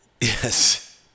Yes